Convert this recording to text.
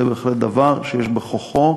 זה בהחלט דבר שיש בכוחו